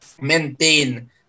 maintain